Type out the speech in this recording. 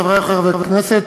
חברי חברי הכנסת,